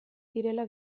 direla